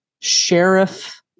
sheriff